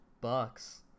bucks